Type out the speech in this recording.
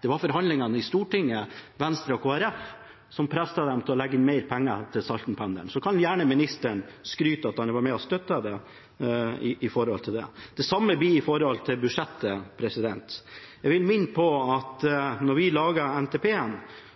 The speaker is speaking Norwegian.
det var forhandlingene i Stortinget med Venstre og Kristelig Folkeparti som presset dem til å legge inn mer penger til Saltenpendelen. Så kan gjerne ministeren skryte av at han har vært med på å støtte det. Det samme blir det med tanke på budsjettet. Jeg vil minne om at da vi laget NTP-en,